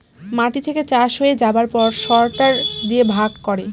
মাটি থেকে চাষ হয়ে যাবার পর সরটার দিয়ে ভাগ করে